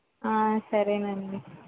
సరేనండి